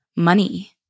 Money